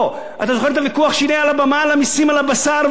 אתה זוכר את הוויכוח שלי על הבמה על המסים על הבשר והשרצים?